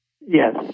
Yes